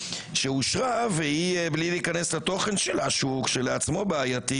שאושרה והיא בלי להיכנס לתוכן שלה כשהוא כשלעצמו בעייתי